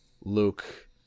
Luke